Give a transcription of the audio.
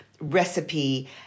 recipe